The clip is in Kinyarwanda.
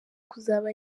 kuzaba